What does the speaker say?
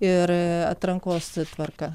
ir atrankos tvarka